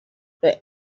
but